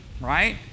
right